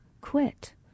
quit